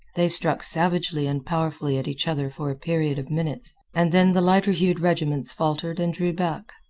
they struck savagely and powerfully at each other for a period of minutes, and then the lighter-hued regiments faltered and drew back,